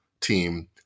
team